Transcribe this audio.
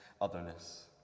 otherness